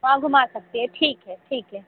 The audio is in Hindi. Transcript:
हाँ घुमा सकती है ठीक है ठीक है